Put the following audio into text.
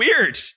weird